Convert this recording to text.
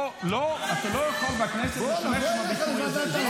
אתה לא יכול בכנסת להשתמש בביטוי הזה.